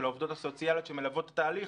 של העובדות הסוציאליות שמלוות את התהליך,